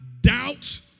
doubt